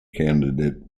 candidate